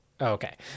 Okay